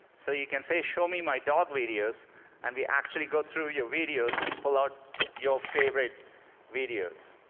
so you can say show me my dog videos and we actually go through your videos and pull out but your favorite videos.